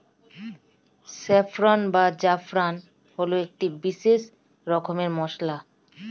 saffron বা জাফরান হল একটি বিশেষ রকমের মশলা